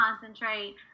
concentrate